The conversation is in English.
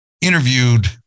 interviewed